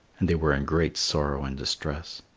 and they were in great sorrow and distress.